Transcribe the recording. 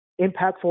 impactful